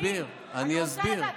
אני אסביר, אני אסביר.